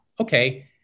Okay